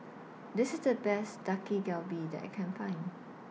This IS The Best Dak Galbi that I Can Find